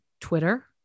Twitter